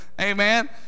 Amen